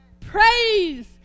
Praise